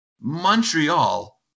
Montreal